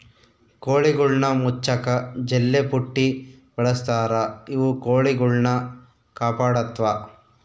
ಕೋಳಿಗುಳ್ನ ಮುಚ್ಚಕ ಜಲ್ಲೆಪುಟ್ಟಿ ಬಳಸ್ತಾರ ಇವು ಕೊಳಿಗುಳ್ನ ಕಾಪಾಡತ್ವ